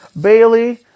Bailey